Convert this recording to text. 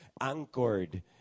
anchored